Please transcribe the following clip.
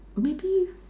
maybe